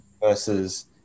Versus